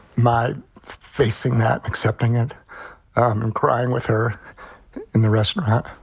my facing that, accepting it and crying with her in the restaurant.